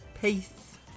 Peace